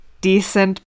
decent